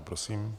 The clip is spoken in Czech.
Prosím.